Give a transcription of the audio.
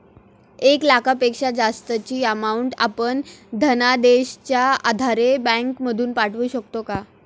एक लाखापेक्षा जास्तची अमाउंट आपण धनादेशच्या आधारे बँक मधून पाठवू शकतो का?